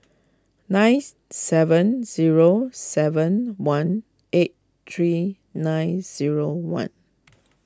nine seven zero seven one eight three nine zero one